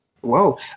whoa